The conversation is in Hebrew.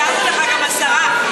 אישרנו לך גם עשרה.